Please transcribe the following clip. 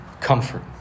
comfort